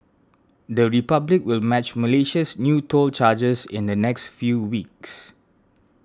the Republic will match Malaysia's new toll charges in the next few weeks